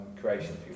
creation